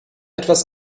etwas